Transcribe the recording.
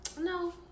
No